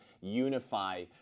unify